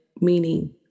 meaning